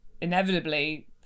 inevitably